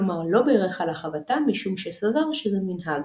כלומר לא בירך על החבטה משום שסבר שזה מנהג,